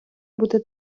бути